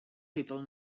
people